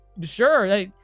sure